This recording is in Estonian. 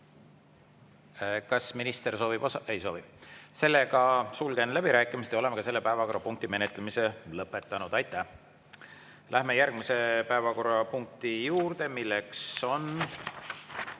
Kas minister soovib … Ei soovi. Sulgen läbirääkimised ja oleme selle päevakorrapunkti menetlemise lõpetanud. Aitäh! Läheme järgmise päevakorrapunkti juurde, milleks on